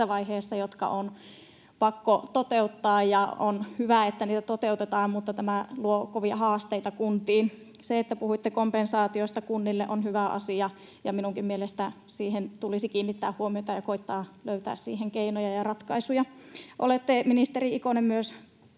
vaiheessa ja jotka on pakko toteuttaa, ja on hyvä, että niitä toteutetaan, mutta tämä luo kovia haasteita kuntiin. Se, että puhuitte kompensaatiosta kunnille, on hyvä asia, ja minunkin mielestäni siihen tulisi kiinnittää huomiota ja koettaa löytää siihen keinoja ja ratkaisuja. Olette, ministeri Ikonen, myös